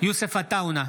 יוסף עטאונה,